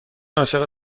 عاشق